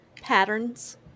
patterns